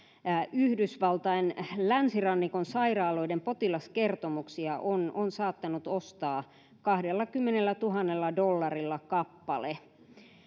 yhdysvaltain länsirannikon sairaaloiden potilaskertomuksia on on saattanut ostaa kahdellakymmenellätuhannella dollarilla kappale